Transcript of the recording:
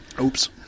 Oops